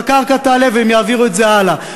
הקרקע יעלה והם יעבירו את זה הלאה.